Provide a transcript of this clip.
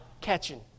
catching